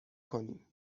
کنیم